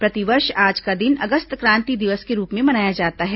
प्रतिवर्ष आज का दिन अगस्त क्रांति दिवस के रूप में मनाया जाता है